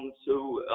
so,